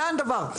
זה הדבר.